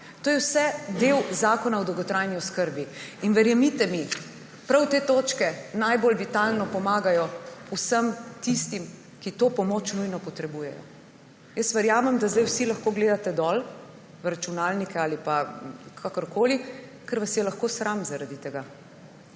To je vse del Zakona o dolgotrajni oskrbi. In verjemite mi, prav te točke najbolj vitalno pomagajo vsem tistim, ki to pomoč nujno potrebujejo. Jaz verjamem, da zdaj vsi lahko gledate dol, v računalnike ali pa kamorkoli, ker vas je lahko sram zaradi tega.